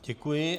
Děkuji.